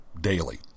daily